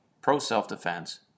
pro-self-defense